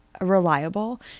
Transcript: reliable